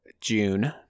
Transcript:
June